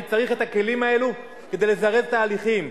אני צריך את הכלים האלה כדי לזרז את ההליכים,